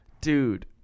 Dude